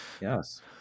yes